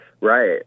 Right